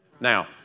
Now